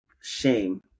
shame